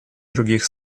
других